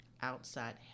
outside